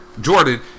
Jordan